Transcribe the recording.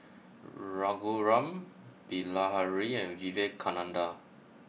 Raghuram Bilahari and Vivekananda